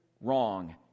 wrong